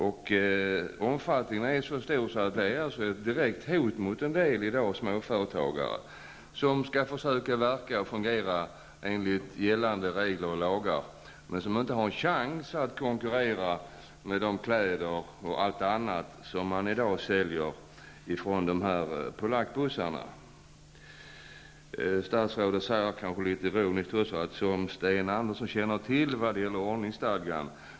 Verksamheten har nu sådan omfattning att den utgör ett direkt hot mot småföretagare som skall försöka verka och fungera enligt gällande regler och lagar men som inte har en chans att konkurrera när det gäller kläder och allt annat som säljs från polackbussarna. Statsrådet säger, kanske litet ironiskt, ''som Sten Andersson känner till'' vad gäller ordningsstadgan.